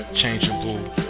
changeable